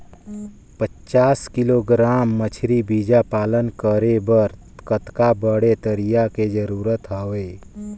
पचास किलोग्राम मछरी बीजा पालन करे बर कतका बड़े तरिया के जरूरत हवय?